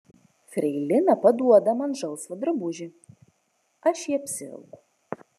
freilina paduoda man žalsvą drabužį aš jį apsivelku